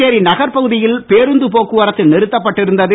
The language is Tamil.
புதுச்சேரி நகர் பகுதியில் பேருந்து போக்குவரத்து நிறுத்தப்பட்டு இருந்தது